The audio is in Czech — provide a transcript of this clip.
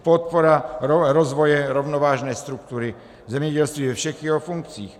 Podpora rozvoje rovnovážné struktury zemědělství ve všech jeho funkcích.